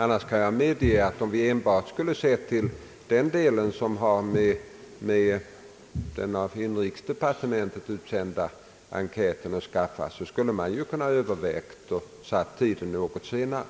Jag kan medge att om vi enbart haft att se till den del av materialet som har med den av inrikesdepartementet utsända enkäten att skaffa skulle man ha kunnat överväga att sätta tiden något senare.